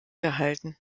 gehalten